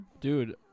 Dude